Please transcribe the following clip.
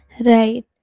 right